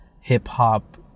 hip-hop